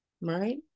right